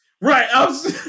Right